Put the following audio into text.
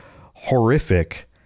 horrific